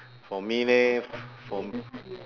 for me leh for me